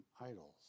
idols